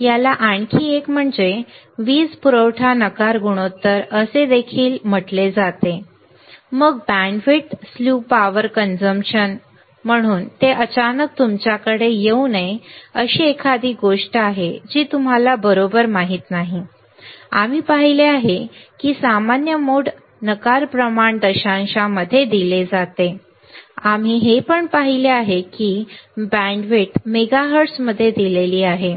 याला आणखी एक म्हणजे वीज पुरवठा नकार गुणोत्तर असे म्हटले जाते मग बँडविड्थ स्ली पावर कंजमशन म्हणून ते अचानक तुमच्याकडे येऊ नये अशी एखादी गोष्ट आहे जी तुम्हाला बरोबर माहितही नाही आम्ही पाहिले आहे की सामान्य मोड नकार प्रमाण दशांशांमध्ये दिले जाते आम्ही पाहिले आहे की बँडविड्थ मेगाहर्ट्झमध्ये दिली आहे आम्ही ते पाहिले आहे